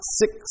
six